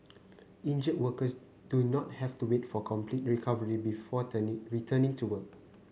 injured workers do not have to wait for complete recovery before turning returning to work